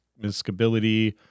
Miscability